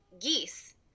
geese